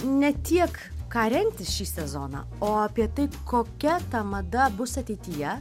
ne tiek ką rengtis šį sezoną o apie tai kokia ta mada bus ateityje